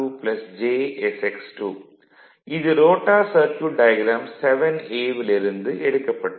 இது rotor circuit diagram 7a வில் இருந்து எடுக்கப்பட்டது